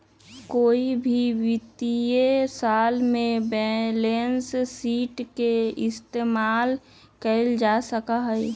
कोई भी वित्तीय साल में बैलेंस शीट के इस्तेमाल कइल जा सका हई